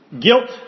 guilt